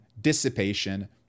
dissipation